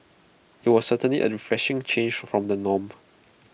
IT was certainly A refreshing change from the norm